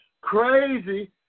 crazy